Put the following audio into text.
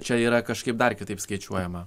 čia yra kažkaip dar kitaip skaičiuojama